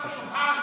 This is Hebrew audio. תרדי כבר מהדוכן.